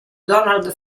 donald